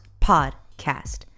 podcast